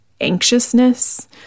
anxiousness